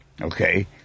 okay